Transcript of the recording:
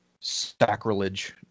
sacrilege